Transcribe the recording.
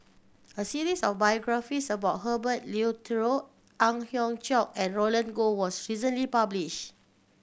a series of biographies about Herbert Eleuterio Ang Hiong Chiok and Roland Goh was recently published